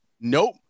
nope